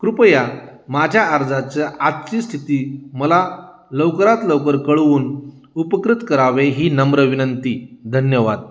कृपया माझ्या अर्जाच्या आजची स्थिती मला लवकरात लवकर कळवून उपकृत करावे ही नम्र विनंती धन्यवाद